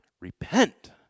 Repent